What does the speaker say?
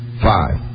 Five